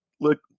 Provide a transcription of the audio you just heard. Look